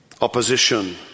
opposition